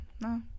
no